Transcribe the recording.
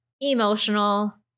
emotional